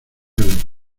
del